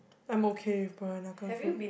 I'm okay Peranakan food